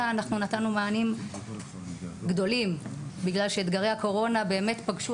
אנחנו נתנו מענים גדולים בגלל שאתגרי הקורונה באמת פגשו